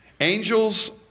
Angels